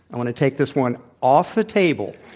i want to take this one off the table.